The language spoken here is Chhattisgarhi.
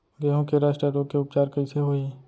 गेहूँ के रस्ट रोग के उपचार कइसे होही?